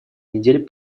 недель